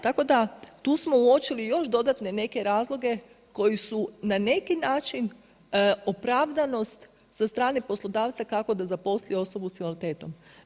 Tako da tu smo uočili još dodatne neke razloge koji su na neki način opravdanost sa strane poslodavca kako da zaposli osobu s invaliditetom.